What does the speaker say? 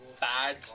bad